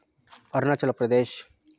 Arunachal Pradesh